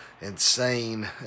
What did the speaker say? insane